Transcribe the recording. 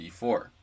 d4